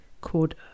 called